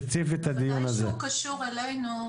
ודאי שהוא קשור אלינו,